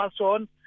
on